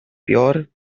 pure